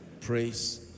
Praise